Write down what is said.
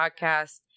podcast